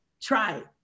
try